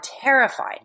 terrified